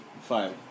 Five